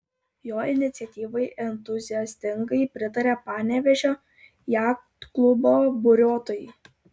jo iniciatyvai entuziastingai pritarė panevėžio jachtklubo buriuotojai